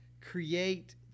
create